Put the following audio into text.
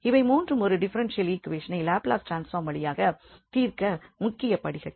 இவை மூன்றும் ஒரு டிஃபரென்ஷியல் ஈக்வேஷனை லாப்லஸ் ட்ரான்ஸ்பார்ம் வழியாக தீர்க்க முக்கிய படிகள்